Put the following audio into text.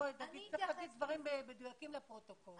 בואי, צריך להגיד דברים מדויקים לפרוטוקול.